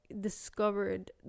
discovered